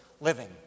living